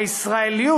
הישראליות,